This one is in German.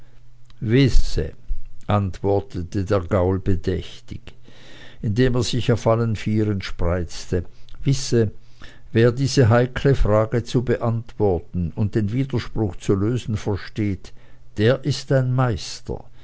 wisse antwortete der gaul bedächtig indem er sich auf allen vieren spreizte wisse wer diese heikle frage zu beantworten und den widerspruch zu lösen versteht der ist ein meister